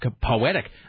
poetic